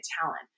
talent